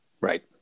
Right